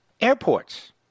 airports